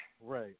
Right